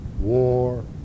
war